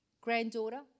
Granddaughter